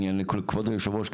כבוד יושב הראש,